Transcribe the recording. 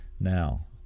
now